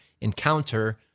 encounter